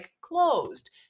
closed